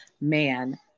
man